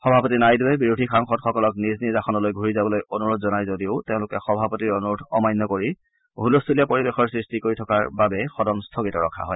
সভাপতি নাইডুৱে বিৰোধী সাংসদসকলক নিজ নিজ আসনলৈ ঘুৰি যাবলৈ অনুৰোধ জনাই যদিও তেওঁলোকে সভাপতিৰ অনুৰোধ অমান্য কৰি হুলস্থূলীয়া পৰিবেশৰ সৃষ্টি কৰি থকাৰ বাবে সদন স্থগিত ৰখা হয়